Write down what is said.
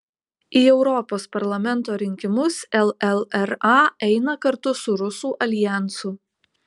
į europos parlamento rinkimus llra eina kartu su rusų aljansu